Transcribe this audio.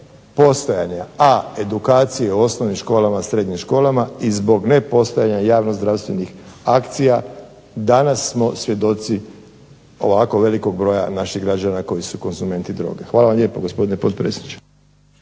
nepostojanja edukacije u osnovnim školama i srednjim školama i zbog nepostojanja javnozdravstvenih akcija danas smo svjedoci ovako velikog broja naših građana koji su konzumenti droge. Hvala lijepo, gospodine potpredsjedniče.